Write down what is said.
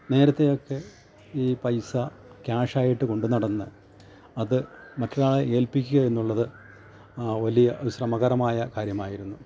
നേരത്തെ ഒക്കെ ഈ പൈസ ക്യാഷായ്ട്ട് കൊണ്ട് നടന്ന് അത് മറ്റൊരാളെ ഏൽപ്പിക്കുക എന്നുള്ളത് വലിയ ഒരു ശ്രമകരമായ കാര്യമായിരുന്നു